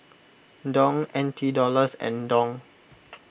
Dong N T Dollars and Dong